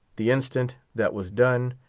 the instant that was done,